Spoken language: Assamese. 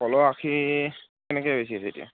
কলৰ আষি কেনেকৈ বেছি আছে এতিয়া